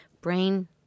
brain